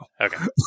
Okay